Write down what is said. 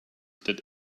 that